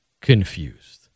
confused